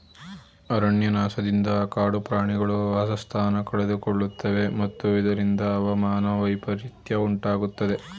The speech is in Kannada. ಅರಣ್ಯನಾಶದಿಂದ ಕಾಡು ಪ್ರಾಣಿಗಳು ವಾಸಸ್ಥಾನ ಕಳೆದುಕೊಳ್ಳುತ್ತವೆ ಮತ್ತು ಇದರಿಂದ ಹವಾಮಾನ ವೈಪರಿತ್ಯ ಉಂಟಾಗುತ್ತದೆ